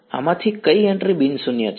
આમાંથી કઈ એન્ટ્રી બિન શૂન્ય છે